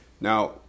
Now